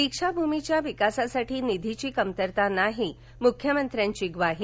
दीक्षा भमीच्या विकासासाठी निधीची कमतरता नाही मख्यमंत्र्यांची ग्वाही